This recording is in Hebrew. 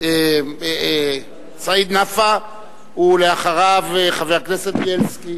חבר הכנסת סעיד נפאע, ואחריו, חבר הכנסת בילסקי.